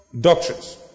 Doctrines